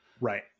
Right